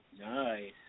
Nice